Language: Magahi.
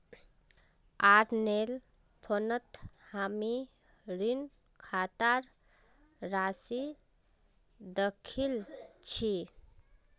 अरनेर फोनत हामी ऋण खातार राशि दखिल छि